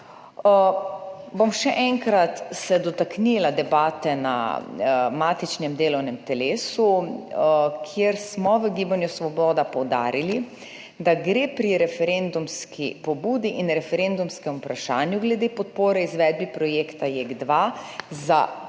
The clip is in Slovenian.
Še enkrat se bom dotaknila debate na matičnem delovnem telesu, kjer smo v Gibanju Svoboda poudarili, da gre pri referendumski pobudi in referendumskem vprašanju glede podpore izvedbi projekta JEK2 za